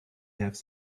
have